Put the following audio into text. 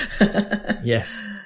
Yes